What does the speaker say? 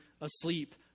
asleep